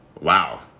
Wow